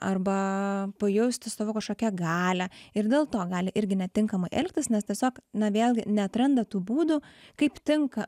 arba pajausti savo kažkokią galią ir dėl to gali irgi netinkamai elgtis nes tiesiog na vėlgi neatranda tų būdų kaip tinka